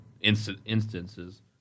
instances